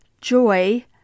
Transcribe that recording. joy